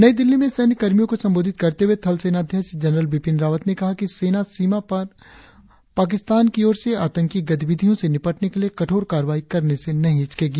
नई दिल्ली में सैन्य कर्मियों को संबोधित करते हुए थल सेनाध्यक्ष जनरल बिपिन रावत ने कहा कि सेना सीमा पर पाकिस्तान की ओर से आतंकी गतिविधियों से निपटने के लिए कठोर कार्रवाई करने से नहीं हिचकेगी